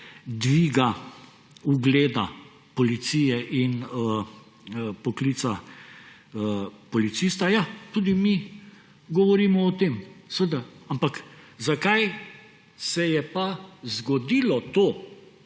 dviga ugleda policije in poklica policista. Ja, tudi mi govorimo o tem. Ampak zakaj se je pa zgodilo to,